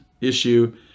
issue